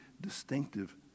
distinctive